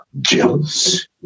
Jealous